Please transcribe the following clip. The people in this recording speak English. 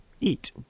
Eat